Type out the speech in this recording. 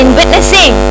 witnessing